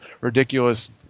ridiculous –